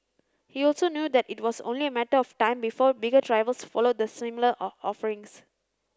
he also knew that it was only a matter of time before bigger rivals followed the similar offerings